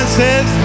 says